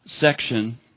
section